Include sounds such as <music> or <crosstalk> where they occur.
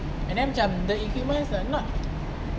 and then macam the equipments are not <noise>